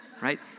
right